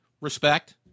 Respect